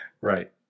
Right